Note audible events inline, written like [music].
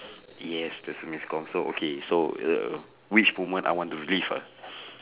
[breath] yes there's a miscomm so okay uh which women I want relieve ah [breath]